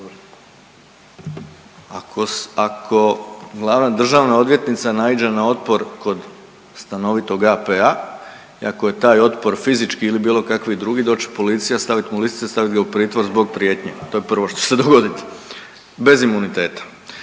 (SDP)** Ako glavna državna odvjetnica naiđe na otpor kod stanovitog AP-a i ako je taj otpor fizički ili bio kakvi drugi doći će policija stavit mu lisice, stavit ga u pritvor zbog prijetnje. To je prvo što će se dogoditi, bez imuniteta.